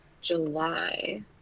July